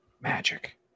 magic